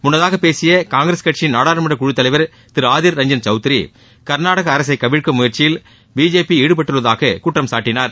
முன்னதாக பேசிய காங்கிரஸ் கட்சியின் நாடாளுமன்றக் குழுத் தலைவர் திரு ஆதிர் ரஞ்சன் சௌத்ரி கர்நாடக அரசை கவிழ்க்கும் முயற்சியில் பிஜேபி ஈடுபட்டுள்ளதாகக் குற்றம் சாட்டினார்